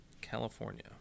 California